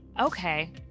okay